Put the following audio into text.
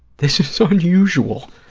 this is so unusual.